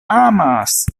amas